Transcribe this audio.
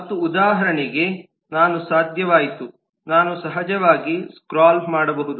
ಮತ್ತು ಉದಾಹರಣೆಗೆ ನಾನು ಸಾಧ್ಯವಾಯಿತು ನಾನು ಸಹಜವಾಗಿ ಸ್ಕ್ರಾಲ್ ಮಾಡಬಹುದು